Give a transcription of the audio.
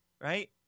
right